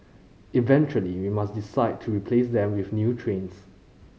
eventually we must decide to replace them with new trains